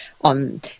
on